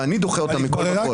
ואני דוחה אותה מכול וכול.